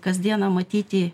kasdieną matyti